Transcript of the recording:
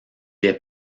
est